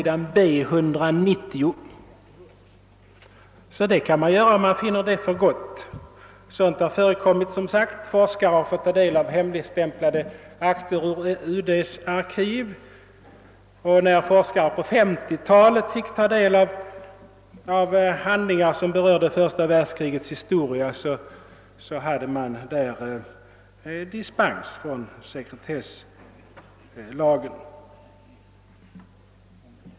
B 190. Man kan alltså göra detta om man så finner för gott. Forskare har fått ta del av hemligstämplade akter ur UD:s arkiv. När t.ex. forskare på 1950-talet fick ta del av handlingar, som berörde första världskrigets historia, hade de fått dispens från sekretesslagen.